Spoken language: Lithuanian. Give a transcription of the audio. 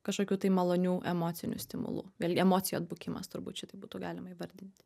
kažkokių tai malonių emocinių stimulų vėlgi emocijų atbukimas turbūt šitaip būtų galima įvardinti